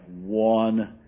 one